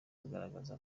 bagaragaza